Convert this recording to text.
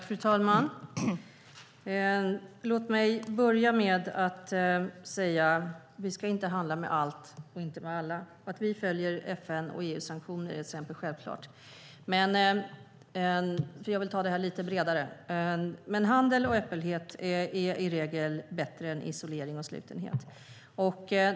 Fru talman! Vi ska inte handla med allt och alla. Att vi följer FN och EU-sanktioner är till exempel självklart. Jag vill ta detta lite bredare. Handel och öppenhet är i regel bättre än isolering och slutenhet.